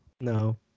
No